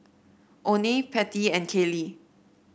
Oney Pattie and Kaylee